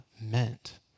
meant